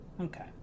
Okay